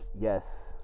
Yes